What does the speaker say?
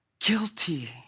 guilty